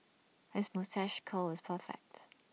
his moustache curl is perfect